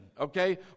okay